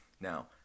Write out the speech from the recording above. now